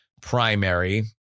primary